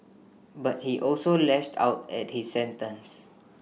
but he also lashed out at his sentence